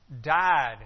died